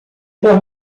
por